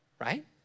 right